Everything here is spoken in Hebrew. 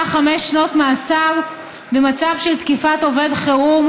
חמש שנות מאסר במצב של תקיפת עובד חירום,